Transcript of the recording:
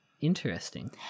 Interesting